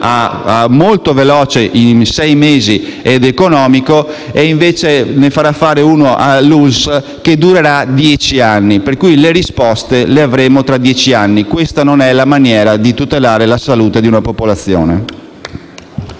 molto veloce, in sei mesi, ed economico. Invece, ne farà fare uno alla ULSS che durerà dieci anni; pertanto, le risposte le avremo tra dieci anni. Questa non è la maniera di tutelare la salute di una popolazione.